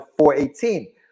418